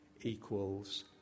equals